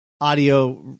audio